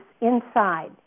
inside –